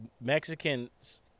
mexicans